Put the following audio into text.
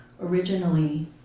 Originally